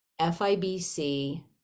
fibc